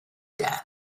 death